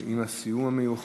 עם הסיום המיוחד.